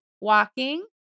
walking